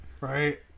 Right